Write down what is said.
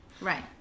Right